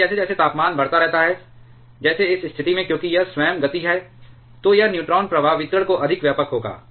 लेकिन जैसे जैसे तापमान बढ़ता रहता है जैसे इस स्थिति में क्योंकि यह स्वयं गति है तो यह न्यूट्रॉन प्रवाह वितरण को अधिक व्यापक होगा